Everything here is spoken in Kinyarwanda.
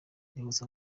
rihuza